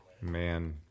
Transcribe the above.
Man